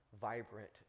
vibrant